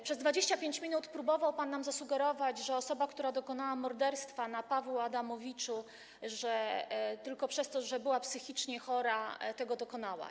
Przez 25 minut próbował pan nam zasugerować, że osoba, która dokonała morderstwa Pawła Adamowicza, tylko przez to, że była psychicznie chora, to uczyniła.